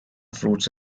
fruits